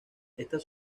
estas